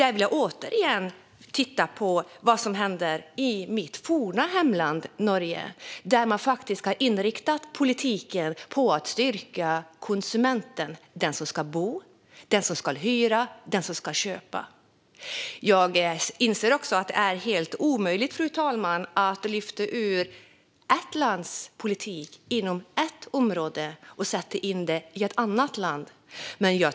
Där vill jag återigen tala om vad som händer i mitt forna hemland Norge, där man faktiskt har inriktat politiken på att stärka konsumenten: den som ska bo, den som ska hyra och den som ska köpa. Jag inser att det är helt omöjligt, fru talman, att lyfta ut ett lands politik inom ett område och sätta in det i ett annat lands politik.